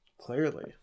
Clearly